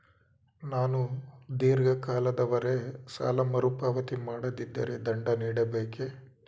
ನಾನು ಧೀರ್ಘ ಕಾಲದವರೆ ಸಾಲ ಮರುಪಾವತಿ ಮಾಡದಿದ್ದರೆ ದಂಡ ನೀಡಬೇಕೇ?